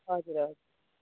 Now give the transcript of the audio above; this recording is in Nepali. हजुर हजुर